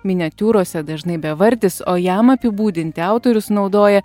miniatiūrose dažnai bevardis o jam apibūdinti autorius naudoja